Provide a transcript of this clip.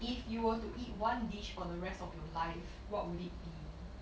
if you were to eat one dish for the rest of your life what would it be